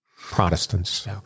Protestants